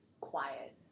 quiet